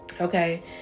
Okay